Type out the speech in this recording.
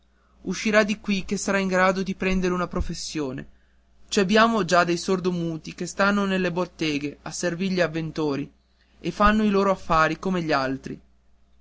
uscirà di qui che sarà in grado di prendere una professione ci abbiamo già dei sordomuti che stanno nelle botteghe a servir gli avventori e fanno i loro affari come gli altri